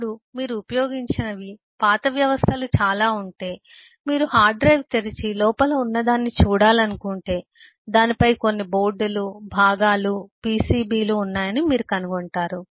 ఇప్పుడు మీరు ఉపయోగించనివి పాత వ్యవస్థలు చాలా ఉంటే కాబట్టి మీరు హార్డ్డ్రైవ్ తెరిచి లోపల ఉన్నదాన్ని చూడాలనుకుంటే దానిపై కొన్ని బోర్డులు భాగాలు PCB లు ఉన్నాయని మీరు కనుగొంటారు